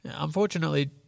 Unfortunately